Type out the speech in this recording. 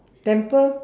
temple